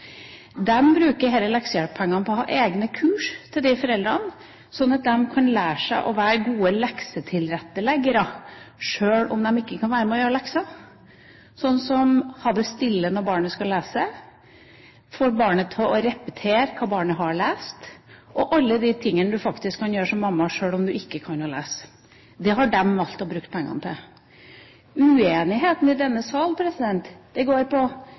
leksehjelppengene til å ha egne kurs for disse foreldrene slik at de kan lære seg å være gode leksetilretteleggere, selv om de ikke kan være med på å gjøre leksene, sånn som å ha det stille når barnet skal lese, få barnet til å repetere hva det har lest, og alle de tingene du faktisk kan gjøre som mamma, selv om du ikke kan lese. Det har de valgt å bruke pengene til. Uenigheten i denne sal går på: